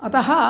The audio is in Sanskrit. अतः